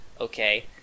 okay